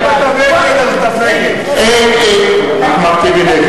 (קורא בשמות חברי הכנסת) אחמד טיבי,